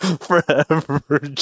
forever